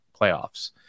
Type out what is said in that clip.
playoffs